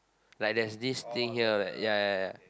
like there's this thing here ya ya ya